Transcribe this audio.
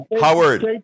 Howard